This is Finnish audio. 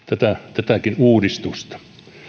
tätäkin uudistusta